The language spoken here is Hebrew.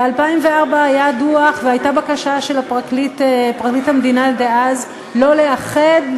ב-2004 היה דוח והייתה בקשה של פרקליט המדינה דאז לא לאחד,